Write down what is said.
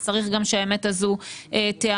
אז צריך גם שהאמת הזו תיאמר.